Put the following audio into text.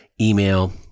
email